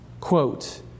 quote